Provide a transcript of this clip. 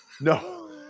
No